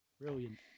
Brilliant